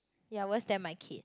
you are worse than my kid